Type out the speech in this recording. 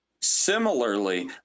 Similarly